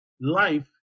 life